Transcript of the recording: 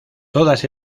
todas